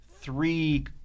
three